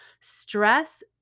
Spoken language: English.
Stress